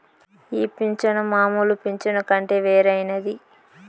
ఈ పింఛను మామూలు పింఛను కంటే వేరైనది